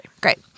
Great